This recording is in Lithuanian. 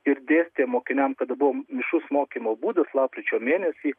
ir dėstė mokiniam kad buvo mišrus mokymo būdus lapkričio mėnesį